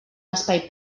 espai